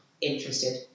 interested